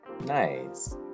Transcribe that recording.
nice